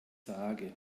sage